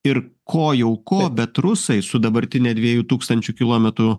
ir ko jau ko bet rusai su dabartine dviejų tūkstančių kilometrų